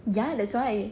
ya that's why